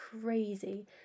crazy